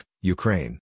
Ukraine